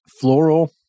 floral